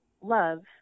love